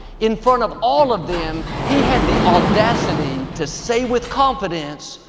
in front of all of them, he had the audacity to say with confidence,